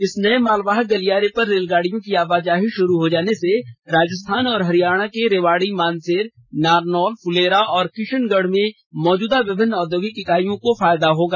इस नए मालवाहक गलियारे पर रेलगाडियों की आवाजाही शुरू हो जाने से राजस्थान और हरियाणा के रेवाडी मानेसर नारनौल फूलेरा और किशनगढ़ में मौजूद विभिन्न औद्योगिक इकाइयों को फायदा होगा